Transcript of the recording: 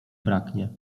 braknie